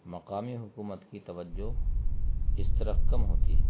مقامی حکومت کی توجہ اس طرف کم ہوتی ہے